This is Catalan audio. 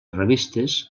revistes